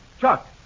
Chuck